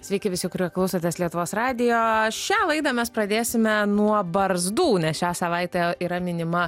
sveiki visi kurie klausotės lietuvos radijo šią laidą mes pradėsime nuo barzdų nes šią savaitę yra minima